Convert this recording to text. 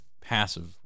passive